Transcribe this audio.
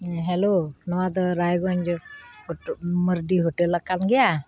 ᱦᱮᱸ ᱦᱮᱞᱳ ᱱᱚᱣᱟ ᱫᱚ ᱨᱟᱭᱜᱚᱸᱡᱽ ᱢᱟᱨᱰᱤ ᱦᱳᱴᱮᱞ ᱠᱟᱱ ᱜᱮᱭᱟ